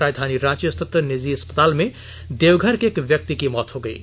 राजधानी रांची स्थित निजी अस्पताल में देवघर के एक व्यक्ति की मौत हो गयी